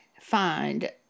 find